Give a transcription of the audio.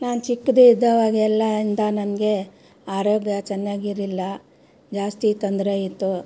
ನಾನು ಚಿಕ್ಕದಿದ್ದಾವಾಗೆಲ್ಲಯಿಂದ ನನಗೆ ಆರೋಗ್ಯ ಚೆನ್ನಾಗಿರ್ಲಿಲ್ಲ ಜಾಸ್ತಿ ತೊಂದರೆ ಇತ್ತು